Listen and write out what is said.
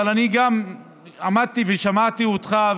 עמדתי ושמעתי אותך,